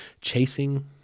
chasing